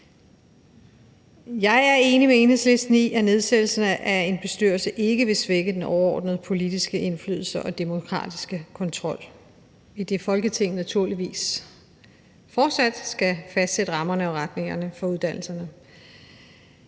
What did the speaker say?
Jeg er enig med Enhedslisten i, at nedsættelsen af en bestyrelse ikke vil svække den overordnede politiske indflydelse og demokratiske kontrol, idet Folketinget naturligvis fortsat skal fastsætte rammerne om og retningen for uddannelserne.